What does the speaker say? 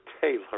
Taylor